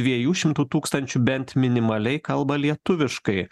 dviejų šimtų tūkstančių bent minimaliai kalba lietuviškai